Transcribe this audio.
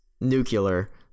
nuclear